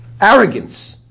arrogance